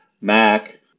Mac